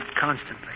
constantly